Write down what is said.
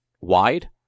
wide